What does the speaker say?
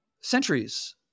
centuries